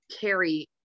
carry